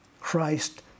Christ